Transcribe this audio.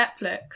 Netflix